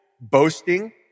boasting